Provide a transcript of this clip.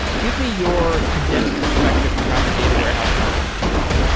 give me your condensed perspective for how the data warehouse market is changing.